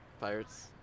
Pirates